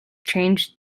changed